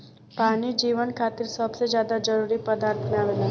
पानी जीवन खातिर सबसे ज्यादा जरूरी पदार्थ में आवेला